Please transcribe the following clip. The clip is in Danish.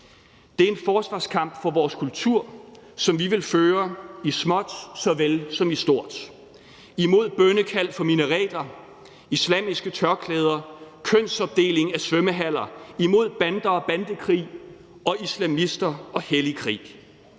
Det er en forsvarskamp for vores kultur, som vi vil føre i småt såvel som i stort – imod bønnekald fra minareter, islamiske tørklæder, kønsopdeling af svømmehaller, imod bander og bandekrig og islamister og hellig krig.